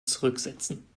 zurücksetzen